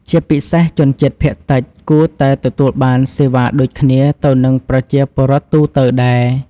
ជាពិសេសជនជាតិភាគតិចគួរតែទទួលបានសេវាដូចគ្នាទៅនឹងប្រជាពលរដ្ឋទូទៅដែរ។